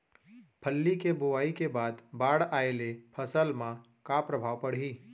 फल्ली के बोआई के बाद बाढ़ आये ले फसल मा का प्रभाव पड़ही?